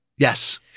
Yes